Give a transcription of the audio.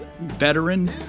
veteran